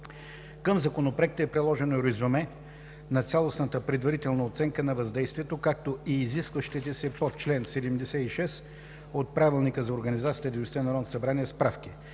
Към Законопроекта е приложено резюме на цялостната предварителна оценка на въздействието, както и изискващите се по чл. 76 от Правилника за организацията и